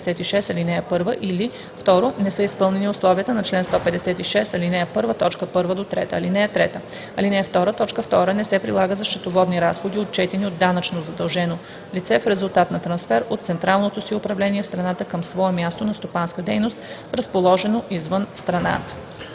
Алинея 2, т. 2 не се прилага за счетоводни разходи, отчетени от данъчно задължено лице в резултат на трансфер от централното си управление в страната към свое място на стопанска дейност, разположено извън страната.“